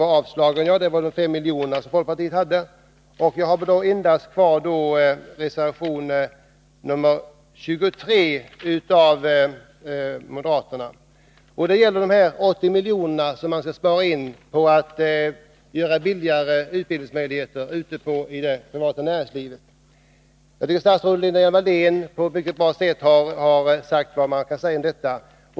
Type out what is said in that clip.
Jag skall till sist beröra den moderata reservationen 23. Den gäller de 80 miljoner som man vill spara in genom att möjliggöra billigare utbildning i det privata näringslivet. Statsrådet Lena Hjelm-Wallén har på ett mycket bra sätt sagt vad som är att säga om detta.